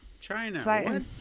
China